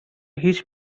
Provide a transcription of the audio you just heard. هیچ